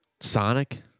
Sonic